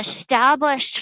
established